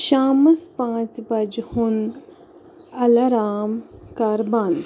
شامَس پانٛژِ بجہِ ہُنٛد اَلارٕم کَر بَنٛد